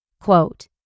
Quote